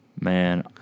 Man